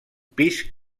pis